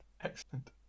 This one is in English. Excellent